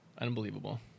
unbelievable